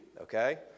Okay